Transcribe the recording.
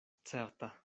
certa